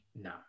No